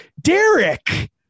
Derek